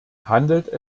handelt